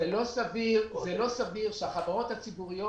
זה לא סביר שחברות ציבוריות